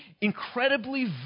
incredibly